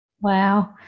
Wow